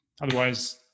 otherwise